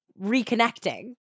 reconnecting